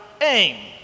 aim